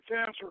answer